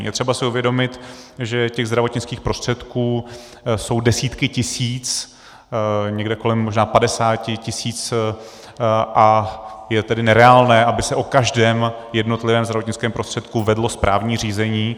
Je třeba si uvědomit, že těch zdravotnických prostředků jsou desítky tisíc, někde kolem možná padesáti tisíc, a je tedy nereálné, aby se o každém jednotlivém zdravotnickém prostředku vedlo správní řízení.